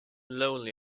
lonely